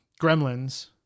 Gremlins